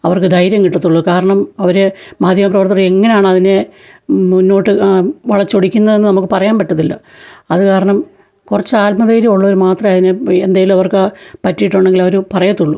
അവർക്ക് ധൈര്യം കിട്ടത്തുള്ളൂ കാരണം അവര് മാധ്യമപ്രവർത്തകരെങ്ങനാണ് അതിനെ മുന്നോട്ട് വളച്ചൊടിക്കുന്നതെന്ന് നമുക്ക് പറയാന് പറ്റത്തില്ല അതുകാരണം കുറച്ചാത്മധൈര്യം ഉള്ളവര് മാത്രമേ അതിനെ എന്തേലും അവർക്ക് പറ്റിയിട്ടുണ്ടെങ്കിലവര് പറയത്തുള്ളൂ